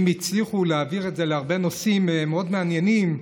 אם הצליחו להעביר את זה להרבה נושאים מאוד מעניינים,